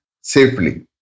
safely